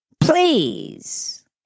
please